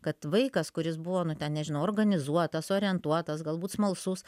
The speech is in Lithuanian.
kad vaikas kuris buvo nu ten nežinau organizuotas orientuotas galbūt smalsus